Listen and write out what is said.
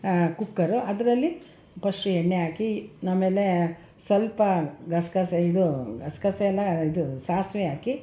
cooker ಅದರಲ್ಲಿ first ಎಣ್ಣೆ ಹಾಕಿ ಆಮೇಲೆ ಸ್ವಲ್ಪ ಗಸೆಗಸೆ ಇದು ಗಸೆಗಸೆ ಅಲ್ಲ ಇದು ಸಾಸಿವೆ ಹಾಕಿ